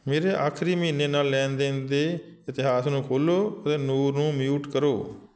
ਮੇਰੇ ਆਖਰੀ ਮਹੀਨੇ ਨਾਲ ਲੈਣ ਦੇਣ ਦੇ ਇਤਿਹਾਸ ਨੂੰ ਖੋਲ੍ਹੋ ਅਤੇ ਨੂਰ ਨੂੰ ਮਿਊਟ ਕਰੋ